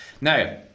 Now